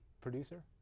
producer